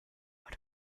out